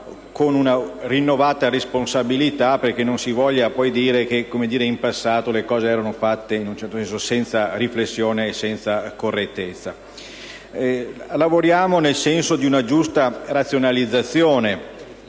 con una rinnovata responsabilità, senza voler poi dire che in passato le cose erano fatte senza riflessione e senza correttezza. Lavoriamo nel senso di una giusta razionalizzazione,